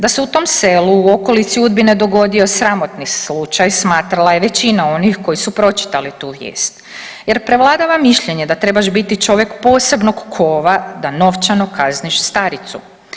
Da se u tom selu u okolici Udbine dogodio sramotni slučaj smatrala je većina onih koji su pročitali tu vijest, jer prevladava mišljenje da trebaš biti čovjek posebnog kova da novčano kazniš staricu.